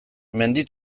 mendi